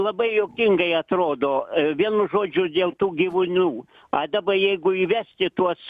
labai juokingai atrodo vienu žodžiu dėl tų gyvūnų a daba jeigu įvesti tuos